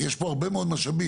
כי יש פה הרבה מאוד משאבים.